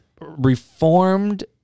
reformed